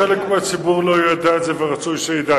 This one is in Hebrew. חלק מהציבור לא יודע את זה, ורצוי שידע.